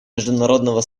международного